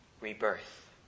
rebirth